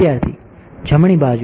વિદ્યાર્થી જમણી બાજુ